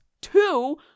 Two